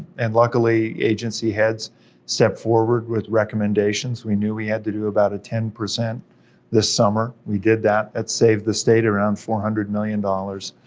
and luckily, agency heads stepped forward with recommendations, we knew we had to do about a ten percent this summer. we did that, that saved the state around four hundred million dollars.